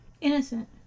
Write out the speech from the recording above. Innocent